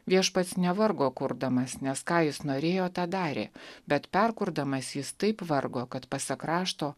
viešpats nevargo kurdamas nes ką jis norėjo tą darė bet perkurdamas jis taip vargo kad pasak rašto